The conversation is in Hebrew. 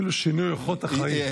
שינוי אורחות החיים.